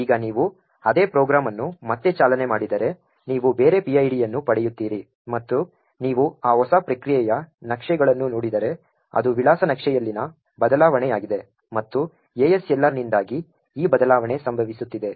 ಈಗ ನೀವು ಅದೇ ಪ್ರೋಗ್ರಾಂ ಅನ್ನು ಮತ್ತೆ ಚಾಲನೆ ಮಾಡಿದರೆ ನೀವು ಬೇರೆ PID ಅನ್ನು ಪಡೆಯುತ್ತೀರಿ ಮತ್ತು ನೀವು ಆ ಹೊಸ ಪ್ರಕ್ರಿಯೆಯ ನಕ್ಷೆಗಳನ್ನು ನೋಡಿದರೆ ಅದು ವಿಳಾಸ ನಕ್ಷೆಯಲ್ಲಿನ ಬದಲಾವಣೆಯಾಗಿದೆ ಮತ್ತು ASLR ನಿಂದಾಗಿ ಈ ಬದಲಾವಣೆ ಸಂಭವಿಸುತ್ತಿದೆ